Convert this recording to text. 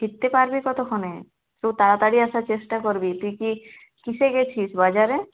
ফিরতে পারবি কতক্ষণে একটু তাড়াতাড়ি আসার চেষ্টা করবি তুই কি কিসে গেছিস বাজারে